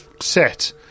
set